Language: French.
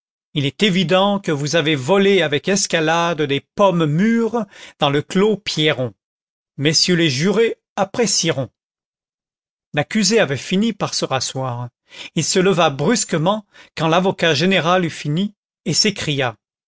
il est évident que vous avez volé avec escalade des pommes mûres dans le clos pierron messieurs les jurés apprécieront l'accusé avait fini par se rasseoir il se leva brusquement quand l'avocat général eut fini et s'écria